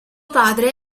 padre